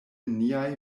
niaj